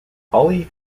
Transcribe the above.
holly